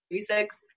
six